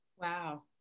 Wow